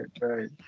right